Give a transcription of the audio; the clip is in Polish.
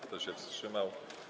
Kto się wstrzymał?